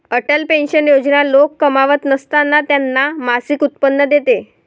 Atal pension योजना लोक कमावत नसताना त्यांना मासिक उत्पन्न देते